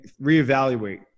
reevaluate